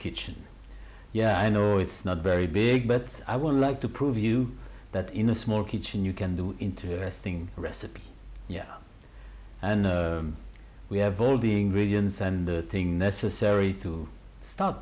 kitchen yeah i know it's not very big but i want to like to prove you that in a small kitchen you can do interesting recipe and we have all the ingredients and the thing necessary to st